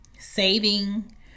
saving